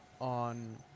on